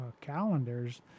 calendars